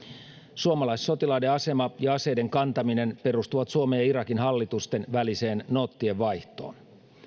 suomalaissotilaiden asema ja aseiden kantaminen perustuvat suomen ja irakin hallitusten väliseen noottienvaihtoon